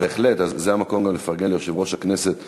אני אומרת, כל הכבוד ליולי שהציע אותה.